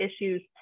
issues